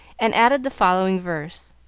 and added the following verse,